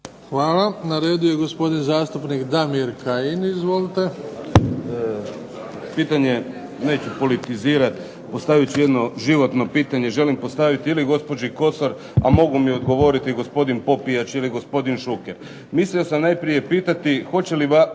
Hvala. Na redu je gospodin Damir Kajin. Izvolite. **Kajin, Damir (IDS)** Pitanje, neću politizirati, postavit ću jedno životno pitanje. Želim postaviti ili gospođi Kosor, a mogu mi odgovoriti gospodin Popijač ili gospodin Šuker. Mislio sam najprije pitati hoće li Vlada